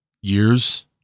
years